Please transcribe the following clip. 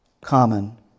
common